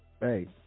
hey